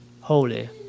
holy